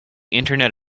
internet